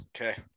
Okay